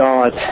God